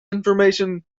information